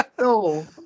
No